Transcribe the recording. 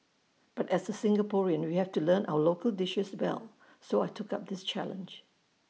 but as A Singaporean we have to learn our local dishes well so I took up this challenge